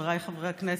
חבריי חברי הכנסת,